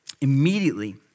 Immediately